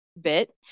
bit